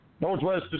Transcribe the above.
Northwest